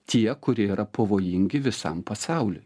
tie kurie yra pavojingi visam pasauliui